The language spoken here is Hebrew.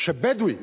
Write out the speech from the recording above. שבדואי